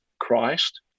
Christ